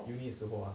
uni 时候啊